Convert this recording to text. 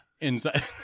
inside